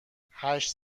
هشت